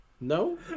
No